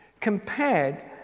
Compared